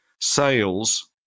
sales